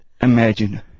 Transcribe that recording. Imagine